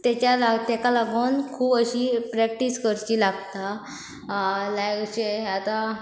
ताच्या ताका लागून खूब अशी प्रॅक्टीस करची लागता लायक अशे आतां